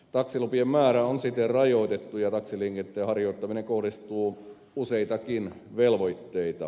taksilupien määrä on siten rajoitettu ja taksiliikenteen harjoittamiseen kohdistuu useitakin velvoitteita